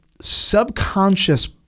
subconscious